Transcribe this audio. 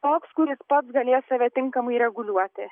toks kuris pats galės save tinkamai reguliuoti